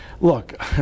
look